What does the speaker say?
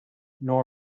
nor